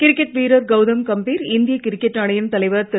cricket வீரர் கவுதம் கம்பீர் இந்தியக் cricket அணியின் தலைவர் திரு